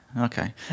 Okay